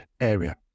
area